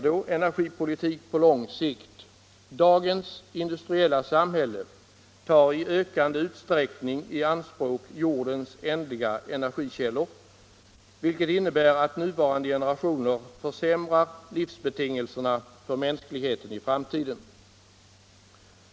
Där står: Dagens industriella samhälle tar i ökande utsträckning i anspråk jordens ändliga energikällor, vilket innebär att nuvarande generationer försämrar livsbetingelserna för mänskligheten i framtiden.